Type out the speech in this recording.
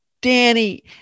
Danny